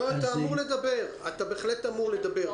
אתה בהחלט אמור לדבר.